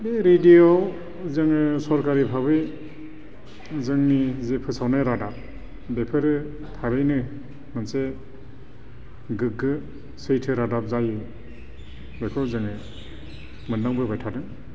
बे रेदिय'आव जोङो सोरखारि भाबै जोंनि जे फोसावनाय रादाब बेफोरो थारैनो मोनसे गोग्गो सैथो रादाब जायो बेखौ जोङो मोनदांबोबाय थादों